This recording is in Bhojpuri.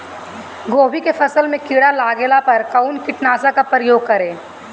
गोभी के फसल मे किड़ा लागला पर कउन कीटनाशक का प्रयोग करे?